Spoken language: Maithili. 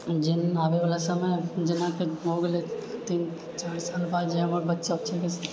जे आबए वाला समय जेनाकि भए गेलै तीन चारि साल बाद जे हमर बच्चा छै